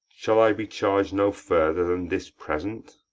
shall i be charg'd no further than this present?